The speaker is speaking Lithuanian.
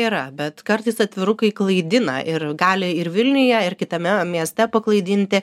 yra bet kartais atvirukai klaidina ir gali ir vilniuje ir kitame mieste paklaidinti